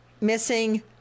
missing